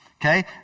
Okay